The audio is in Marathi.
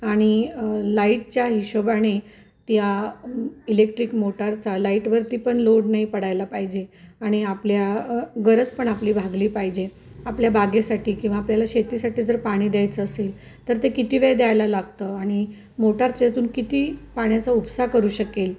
आणि लाईटच्या हिशोबाने त्या इलेक्ट्रिक मोटारचा लाईटवरती पण लोड नाही पडायला पाहिजे आणि आपल्या गरज पण आपली भागली पाहिजे आपल्या बागेसाठी किंवा आपल्याला शेतीसाठी जर पाणी द्यायचं असेल तर ते किती वेळ द्यायला लागतं आणि मोटार त्यातून किती पाण्याचा उपसा करू शकेल